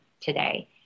today